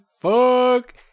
fuck